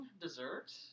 dessert